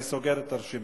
אני סוגר את הרשימה.